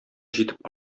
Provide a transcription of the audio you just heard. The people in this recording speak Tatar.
җитеп